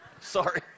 Sorry